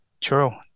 True